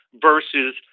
versus